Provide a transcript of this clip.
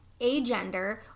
agender